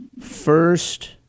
First